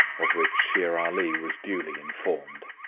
of which shere ali was duly informed.